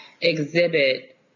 exhibit